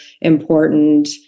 important